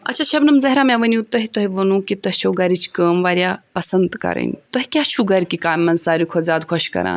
اچھا شبنم ظہرا مےٚ ؤنِو تُہۍ تۄہہِ ووٚنوٕ کہِ تۄہہِ چَھو گَرِچ کٲم واریاہ پسند کَرٕنۍ تۄہہِ کیاہ چھُو گَرِ کہِ کامہِ منٛز ساروٕے کھۄتہٕ زیادٕ خۄش کران